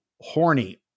horny